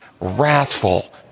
wrathful